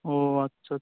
ও আচ্ছা আচ্ছা